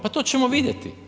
Pa to ćemo vidjeti.